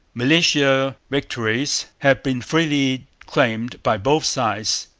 militia victories have been freely claimed by both sides,